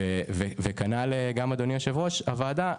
כנ״ל לגבי יושב ראש הוועדה,